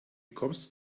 kommst